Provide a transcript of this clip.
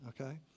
Okay